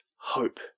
hope